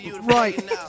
Right